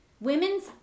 Women's